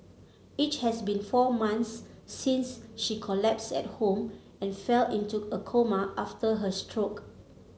it has been four months since she collapsed at home and fell into a coma after her stroke